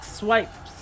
swipes